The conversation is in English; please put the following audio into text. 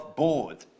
board